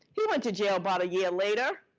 he went to jail about a year later.